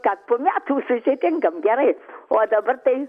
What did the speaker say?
kad po metų susitinkam gerai o dabar tai